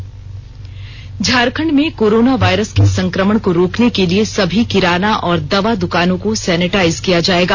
दुकान सेनिटाइज झारखंड में corona virus के संक्रमण को रोकने के लिए सभी किराना और दवा दुकानों को सेनिटाइज किया जाएगा